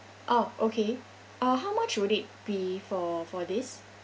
oh okay uh how much would it be for for this